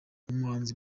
umuhanzi